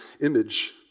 image